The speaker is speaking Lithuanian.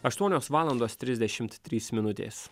aštuonios valandos trisdešimt trys minutės